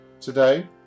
Today